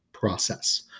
process